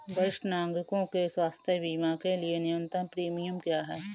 वरिष्ठ नागरिकों के स्वास्थ्य बीमा के लिए न्यूनतम प्रीमियम क्या है?